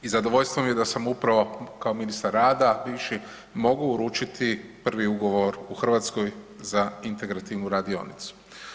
I zadovoljstvo mi je da sam upravo kao ministar rada, bivši, mogu uručiti prvi ugovor u Hrvatskoj za integrativnu radionicu.